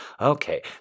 Okay